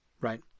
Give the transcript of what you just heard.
right